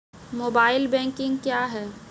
Mobile banking क्या हैं?